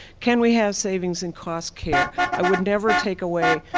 can we have savings in cost care? i wouldn't ever take away